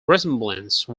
resemblance